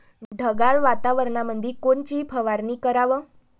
ढगाळ वातावरणामंदी कोनची फवारनी कराव?